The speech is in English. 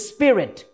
Spirit